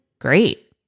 great